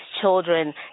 children